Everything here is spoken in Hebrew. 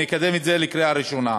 נקדם את זה לקריאה ראשונה.